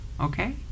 Okay